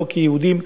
כיהודים,